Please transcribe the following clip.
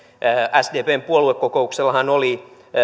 sdpn puoluekokouksessahan oli